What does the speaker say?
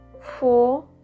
four